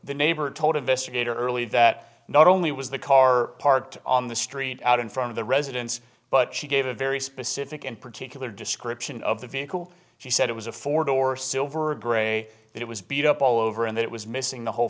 the neighbor told investigator early that not only was the car parked on the street out in front of the residence but she gave a very specific and particular description of the vehicle she said it was a four door silver or gray that it was beat up all over and that it was missing the whole